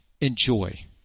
enjoy